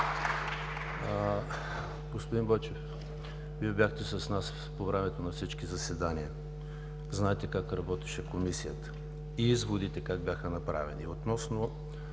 Господин Бойчев, Вие бяхте с нас по времето на всички заседания, знаете как работеше Комисията и изводите как бяха направени. Относно